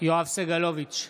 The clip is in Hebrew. יואב סגלוביץ'